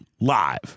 live